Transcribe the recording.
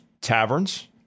taverns